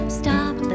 stop